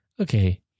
Okay